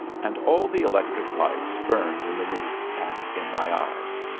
and all the electric lights burned in the roof, and in my eyes.